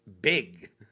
big